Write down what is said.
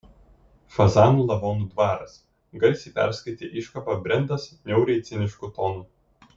fazanų lavonų dvaras garsiai perskaitė iškabą brendas niauriai cinišku tonu